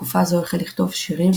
בתקופה זו החל לכתוב שירים,